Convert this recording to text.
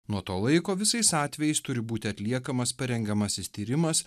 nuo to laiko visais atvejais turi būti atliekamas parengiamasis tyrimas